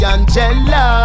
Angela